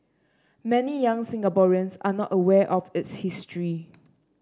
many young Singaporeans are not aware of its history